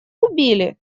убили